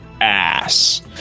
ass